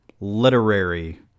literary